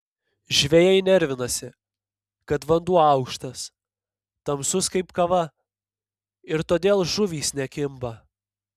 žvejai nervinasi kad vanduo aukštas tamsus kaip kava ir todėl žuvys nekimba